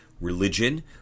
religion